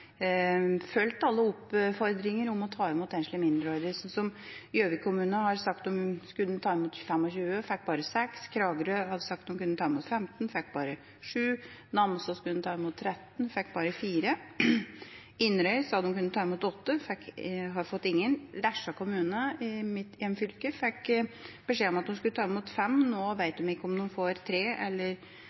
fulgt alle oppfordringer om å ta imot enslige mindreårige. Gjøvik kommune sa at de kunne ta imot 25, de fikk bare 6. Kragerø sa at de kunne ta imot 15, men fikk bare 7. Namsos kunne ta imot 13, men fikk bare 4. Inderøy sa de kunne ta imot 8, men fikk ingen. Lesja kommune i mitt hjemfylke fikk beskjed om at de skulle ta imot 5. Nå vet de ikke om de får 3 eller